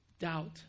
doubt